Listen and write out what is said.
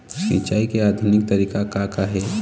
सिचाई के आधुनिक तरीका का का हे?